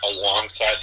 alongside